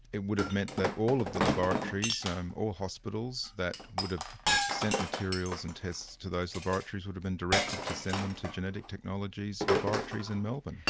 it would have meant that all of the laboratories, um all hospitals, that would have sent materials and tests to those laboratories, would have been directed to send them to genetic technologies' laboratories in melbourne.